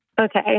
Okay